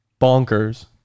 Bonkers